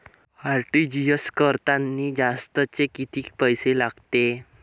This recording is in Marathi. आर.टी.जी.एस करतांनी जास्तचे कितीक पैसे लागते?